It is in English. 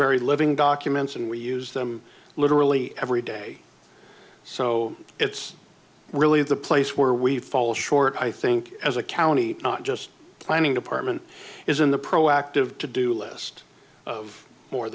very living documents and we use them literally every day so it's really the place where we fall short i think as a county not just planning department is in the proactive to do list of more